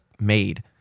made